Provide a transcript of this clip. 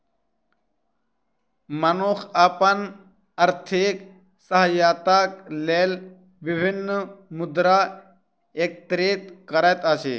मनुख अपन आर्थिक सहायताक लेल विभिन्न मुद्रा एकत्रित करैत अछि